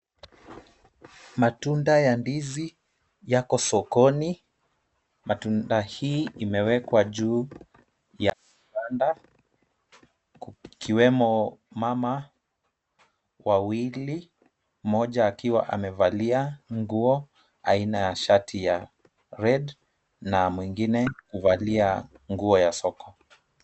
Matunda ya ndizi yako sokoni. Matunda hii imewekwa juu ya kibanda, ikiwemo mama wawili, mmoja akiwa amevalia nguo aina ya shati ya (cs) red(cs), na mwingine huvalia nguo ya soko.